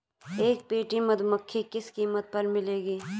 एक पेटी मधुमक्खी किस कीमत पर मिलेगी?